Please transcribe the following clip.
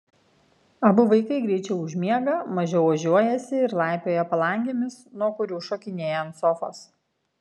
abu vaikai greičiau užmiega mažiau ožiuojasi ir laipioja palangėmis nuo kurių šokinėja ant sofos